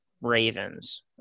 Ravens